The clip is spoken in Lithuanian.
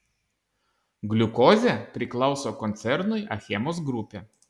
gliukozė priklauso koncernui achemos grupė